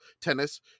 tennis